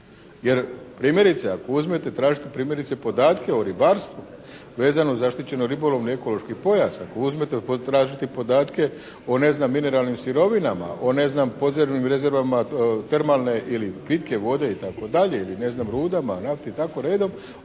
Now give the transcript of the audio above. Jer primjerice, ako uzmete, tražite primjerice podatke o ribarstvu vezano o zaštićeno ribolovno-ekološki pojas, ako uzmete tražiti podatke o, ne znam, mineralnim sirovinama, o ne znam podzemnim rezervama termalne ili pitke vode, itd., ili ne znam, rudama, nafti i tako redom,